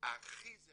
הכי זה